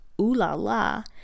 ooh-la-la